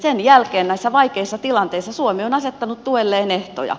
sen jälkeen näissä vaikeissa tilanteissa suomi on asettanut tuelleen ehtoja